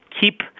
keep